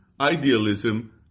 idealism